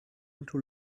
into